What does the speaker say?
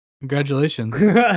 Congratulations